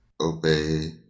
Obey